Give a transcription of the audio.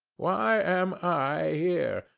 why am i here?